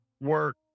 work